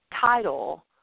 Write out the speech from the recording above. title